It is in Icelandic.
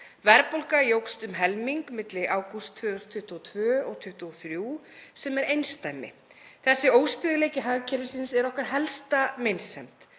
Verðbólga jókst um helming milli ágúst 2022 og 2023 sem er einsdæmi. Þessi óstöðugleiki hagkerfisins er okkar helsta meinsemd